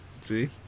See